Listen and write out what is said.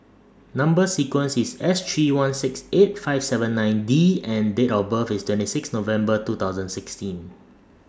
Number sequence IS S three one six eight five seven nine D and Date of birth IS twenty six November two thousand sixteen